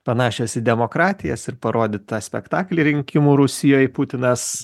panašios į demokratijas ir parodyt tą spektaklį rinkimų rusijoj putinas